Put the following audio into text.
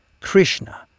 Krishna